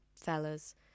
fellas